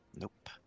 Nope